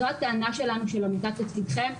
זו הטענה שלנו, של עמותת לצדכם.